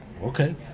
Okay